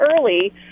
early